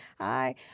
hi